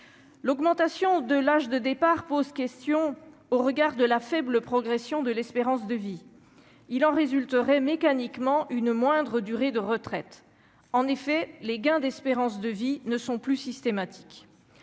L'augmentation de l'âge de départ pose question au regard de la faible progression de l'espérance de vie, il en résulterait mécaniquement une moindre durée de retraite en effet les gains d'espérance de vie ne sont plus systématiques,